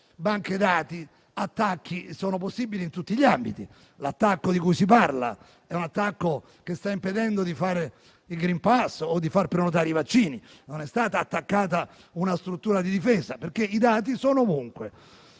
banche dati e attacchi sono possibili in tutti gli ambiti. L'attacco di cui si parla sta impedendo di avere il *green* *pass* o di prenotare i vaccini; non è stata attaccata una struttura di difesa, perché i dati sono ovunque.